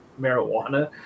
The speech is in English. marijuana